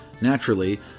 Naturally